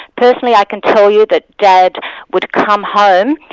personally i can tell you that dad would come home,